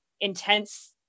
intense